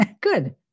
Good